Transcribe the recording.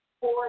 Four